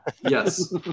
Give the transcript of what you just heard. Yes